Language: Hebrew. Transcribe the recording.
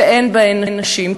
שאין בהן נשים,